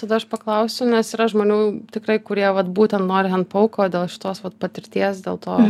tada aš paklausiu nes yra žmonių tikrai kurie vat būtent nori hend pauko dėl šitos vat patirties dėl to